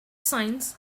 science